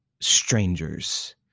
strangers